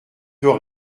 peut